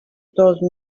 told